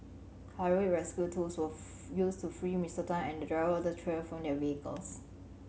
rescue tools were used to free Mister Tan and the driver of the trailer from their vehicles